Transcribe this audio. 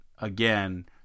again